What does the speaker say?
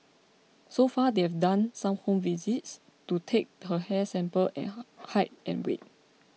so far they've done some home visits to take her hair sample and height and weight